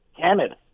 Canada